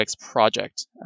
project